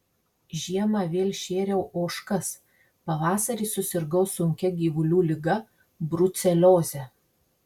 žiemą vėl šėriau ožkas pavasarį susirgau sunkia gyvulių liga brucelioze